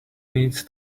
needs